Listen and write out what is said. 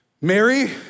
Mary